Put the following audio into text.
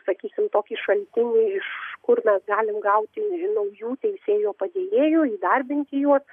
sakysime tokį šaltinį iš kur mes galim gauti naujų teisėjo padėjėjų įdarbinti juos